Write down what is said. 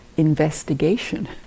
investigation